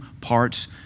parts